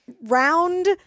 round